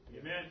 Amen